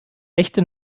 echte